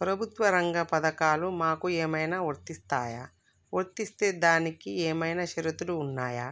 ప్రభుత్వ రంగ పథకాలు మాకు ఏమైనా వర్తిస్తాయా? వర్తిస్తే దానికి ఏమైనా షరతులు ఉన్నాయా?